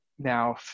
now